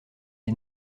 est